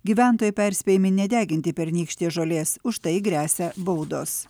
gyventojai perspėjami nedeginti pernykštės žolės už tai gresia baudos